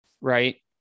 right